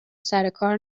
سرکار